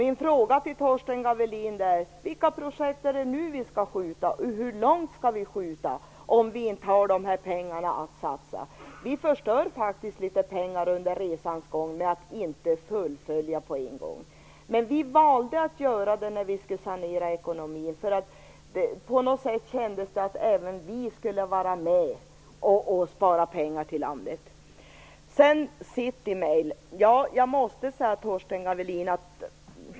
Min fråga till Torsten Gavelin är: Vilka projekt är det nu vi skall skjuta framåt i tiden, om vi inte har dessa pengar att satsa, och hur långt skall vi skjuta dem? Vi förstör faktiskt litet pengar under resans gång med att inte fullfölja på en gång. Men vi valde att göra det när vi skulle sanera ekonomin. På något sätt kändes det som att även vi skulle vara med och spara pengar till landet. Sedan till frågan om City Mail.